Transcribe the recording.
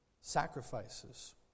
sacrifices